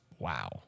wow